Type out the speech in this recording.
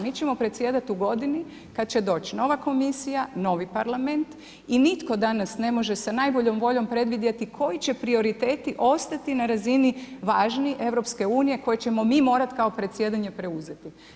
Mi ćemo predsjedati u godini kad će doći nova Komisija, novi Parlament i nitko danas ne može sa najboljom voljom predvidjeti koji će prioriteti ostati na razini važni Europske unije koje ćemo mi morati kao predsjedanje preuzeti.